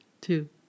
two